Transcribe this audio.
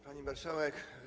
Pani Marszałek!